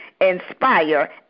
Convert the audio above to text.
inspire